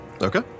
Okay